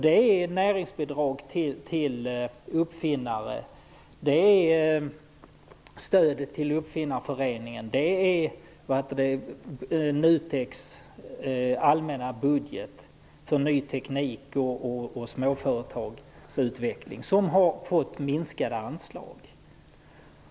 Det är näringsbidrag till uppfinnare, stödet till Uppfinnareföreningen, NUTEK:s allmänna budget för ny teknik och småföretags utveckling som har fått minskade anslag.